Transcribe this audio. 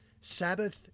Sabbath